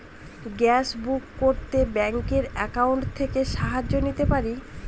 Gas book করতে ব্যাংকের account থেকে সাহায্য নিতে পারি?